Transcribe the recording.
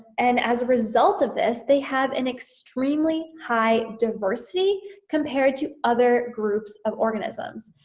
and as a result of this they have an extremely high diversity compared to other groups of organisms.